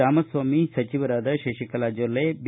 ರಾಮಸ್ವಾಮಿ ಸಚಿವರಾದ ಶಶಿಕಲಾ ಜೊಲ್ಲೆ ಬಿ